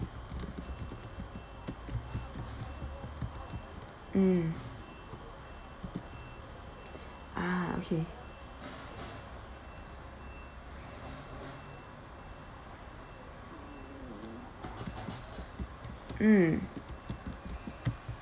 mm ah okay mm